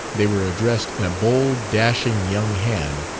they were addressed in a bold, dashing young hand,